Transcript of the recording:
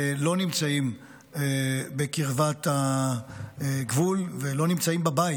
לא נמצאים בקרבת הגבול ולא נמצאים בבית.